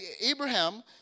Abraham